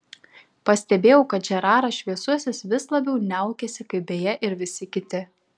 pastebėjau kad žeraras šviesusis vis labiau niaukiasi kaip beje ir visi kiti